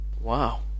Wow